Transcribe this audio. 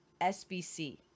SBC